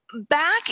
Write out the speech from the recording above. Back